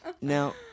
Now